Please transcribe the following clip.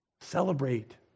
Celebrate